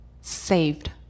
saved